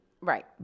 Right